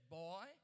boy